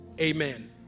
amen